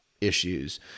issues